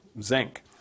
zinc